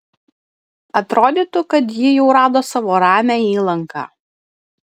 atrodytų kad ji jau rado savo ramią įlanką